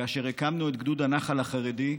כאשר הקמנו את גדוד הנח"ל החרדי,